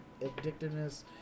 addictiveness